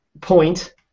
point